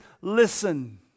Listen